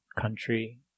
country